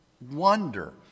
wonder